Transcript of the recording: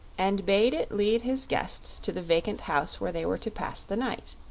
and bade it lead his guests to the vacant house where they were to pass the night.